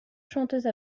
chanteuses